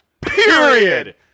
Period